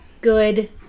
good